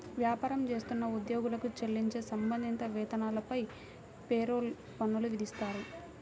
వ్యాపారం చేస్తున్న ఉద్యోగులకు చెల్లించే సంబంధిత వేతనాలపై పేరోల్ పన్నులు విధిస్తారు